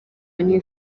new